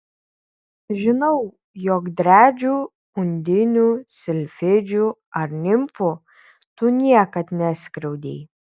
žinau jog driadžių undinių silfidžių ar nimfų tu niekad neskriaudei